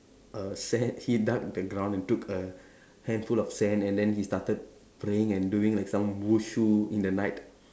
err sa he dug the ground and took a handful of sand and then he started praying and doing like some Wushu in the night